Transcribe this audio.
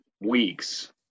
weeks